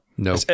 no